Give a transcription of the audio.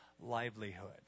livelihood